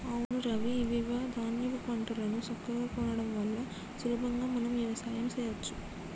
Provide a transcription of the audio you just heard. అవును రవి ఐవివ ధాన్యాపు పంటలను సక్కగా కొనడం వల్ల సులభంగా మనం వ్యవసాయం సెయ్యచ్చు